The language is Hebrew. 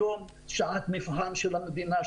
היום זוהי שעת מבחן של המדינה,